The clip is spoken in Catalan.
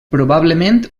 probablement